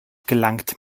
gelangt